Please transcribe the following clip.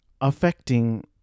Affecting